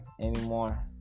anymore